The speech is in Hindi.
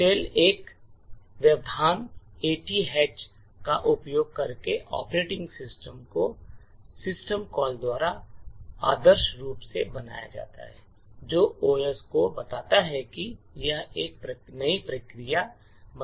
शेल एक व्यवधान 80H का उपयोग करके ऑपरेटिंग सिस्टम को सिस्टम कॉल द्वारा आदर्श रूप से बनाया जाता है जो ओएस को बताता है कि एक नई प्रक्रिया बनानी होगी